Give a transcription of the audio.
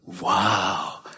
Wow